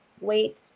wait